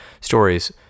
stories